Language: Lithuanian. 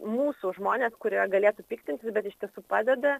mūsų žmonės kurie galėtų piktint nu bet iš tiesų padeda